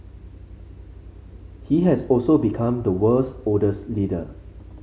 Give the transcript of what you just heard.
he has also become the world's oldest leader